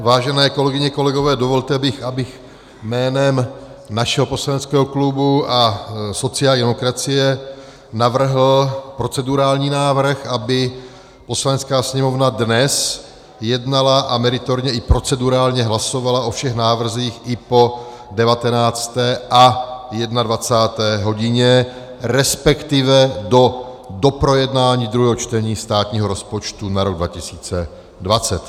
Vážené kolegyně, kolegové, dovolte mi, abych jménem našeho poslaneckého klubu a klubu sociální demokracie navrhl procedurální návrh, aby Poslanecká sněmovna dnes jednala a meritorně i procedurálně hlasovala o všech návrzích i po 19. a 21. hodině, resp. do doprojednání druhého čtení státního rozpočtu na rok 2020.